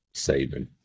Saving